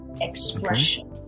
expression